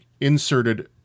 inserted